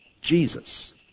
Jesus